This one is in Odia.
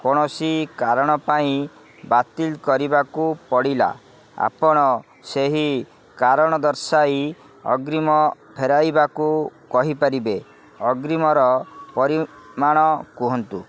କୌଣସି କାରଣ ପାଇଁ ବାତିଲ୍ କରିବାକୁ ପଡ଼ିଲା ଆପଣ ସେହି କାରଣ ଦର୍ଶାଇ ଅଗ୍ରୀମ ଫେରାଇବାକୁ କହିପାରିବେ ଅଗ୍ରୀମର ପରିମାଣ କୁହନ୍ତୁ